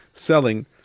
selling